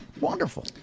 wonderful